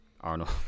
Arnold